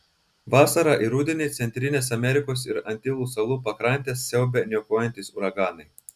vasarą ir rudenį centrinės amerikos ir antilų salų pakrantes siaubia niokojantys uraganai